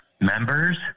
members